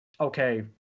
okay